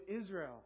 Israel